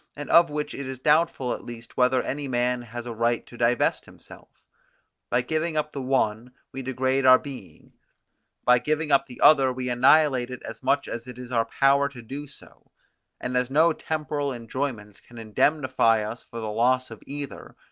and of which it is doubtful at least whether any man has a right to divest himself by giving up the one, we degrade our being by giving up the other we annihilate it as much as it is our power to do so and as no temporal enjoyments can indemnify us for the loss of either,